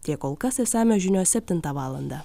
tiek kol kas išsamios žinios septintą valandą